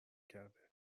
کرده